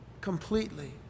completely